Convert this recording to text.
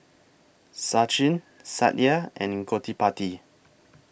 Sachin Satya and Gottipati